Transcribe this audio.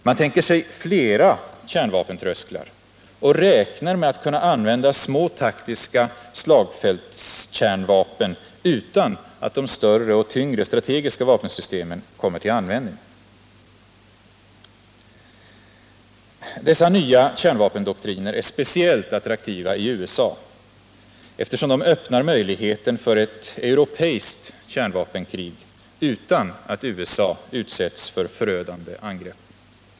Man tänker sig flera kärnvapentrösklar och räknar med att kunna använda små taktiska slagfältskärnvapen utan att de större och tyngre strategiska vapensystemen kommer till användning. Dessa nya kärnvapendoktriner är speciellt attraktiva i USA, eftersom de öppnar möjligheten för ett europeiskt kärnvapenkrig utan att USA utsätts för förödande angrepp.